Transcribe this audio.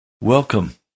Welcome